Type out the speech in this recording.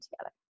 together